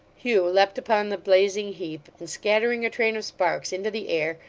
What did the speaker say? hugh leapt upon the blazing heap, and scattering a train of sparks into the air,